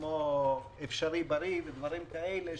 כמו "אפשרי בריא" ודברים כאלה,